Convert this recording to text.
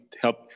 help